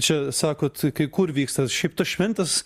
čia sakot kai kur vyksta šiaip tos šventės